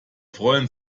freuen